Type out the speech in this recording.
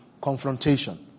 confrontation